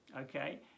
Okay